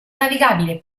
navigabile